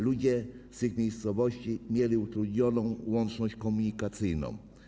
Ludzie z tych miejscowości mieli utrudnioną łączność komunikacyjną.